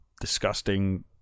disgusting